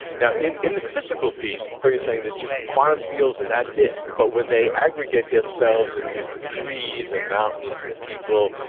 now, in in the physical piece, are you saying there's just quantum fields and that's it, but when they aggregate themselves into trees and mountains and people,